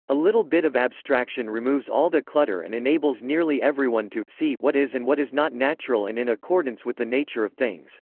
a little bit of abstraction removes all the clutter and enables nearly everyone to see what is and what is not natural and in accordance with the nature of things.